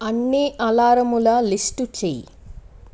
అన్నీ అలారముల లిస్ట్ చెయ్యి